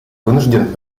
вынужден